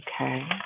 Okay